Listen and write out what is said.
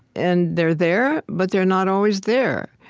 and they're there, but they're not always there.